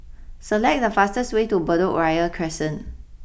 select the fastest way to Bedok Ria Crescent